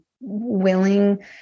willing